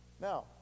Now